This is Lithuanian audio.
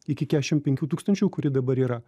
iki keturiasdešimt penkių tūkstančių kuri dabar yra